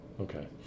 Okay